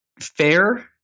fair